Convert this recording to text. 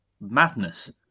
madness